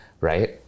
right